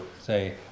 say